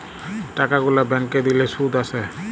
টাকা গুলা ব্যাংকে দিলে শুধ আসে